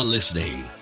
Listening